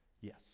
Yes